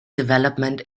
development